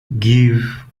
give